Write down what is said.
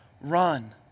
run